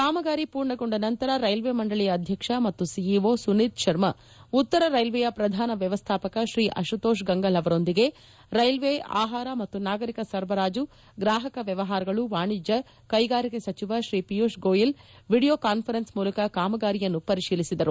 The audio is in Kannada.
ಕಾಮಗಾರಿ ಪೂರ್ಣಗೊಂಡ ನಂತರ ರೈಜ್ಜೆ ಮಂಡಳಿಯ ಅಧ್ಯಕ್ಷ ಮತ್ತು ಸಿಇಒ ಸುನೀತ್ ಶರ್ಮಾ ಉತ್ತರ ರೈಲ್ವೆಯ ಪ್ರಧಾನ ವ್ಯವಸ್ಥಾಪಕ ಶ್ರೀ ಅಶುತೋಷ್ ಗಂಗಲ್ ಅವರೊಂದಿಗೆ ರೈಲ್ವೆ ಆಹಾರ ಮತ್ತು ನಾಗರಿಕ ಸರಬರಾಜು ಗ್ರಾಪಕ ವ್ಕವಹಾರಗಳು ವಾಣಿಜ್ಯ ಕೈಗಾರಿಕೆ ಸಚಿವ ಶ್ರೀ ಪಿಯೂಷ್ ಗೋಯಲ್ ವಿಡಿಯೋ ಕಾನ್ವರೆನ್ಸ್ ಮೂಲಕ ಕಾಮಗಾರಿಯನ್ನು ಪರಿಶೀಲಿಸಿದರು